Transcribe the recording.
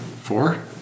Four